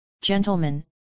gentlemen